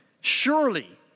Surely